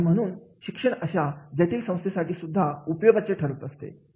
आणि म्हणून शिक्षण अशा जटील संश्लेषणसाठी सुद्धा उपयोगाचे ठरत असते